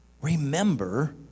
Remember